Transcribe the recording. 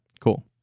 Cool